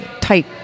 tight